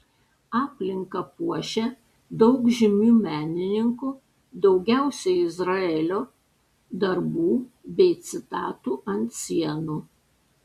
aplinką puošia daug žymių menininkų daugiausiai izraelio darbų bei citatų ant sienų